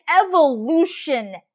evolution